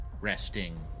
resting